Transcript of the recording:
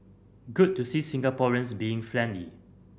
good to see Singaporeans being friendly